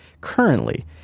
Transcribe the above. Currently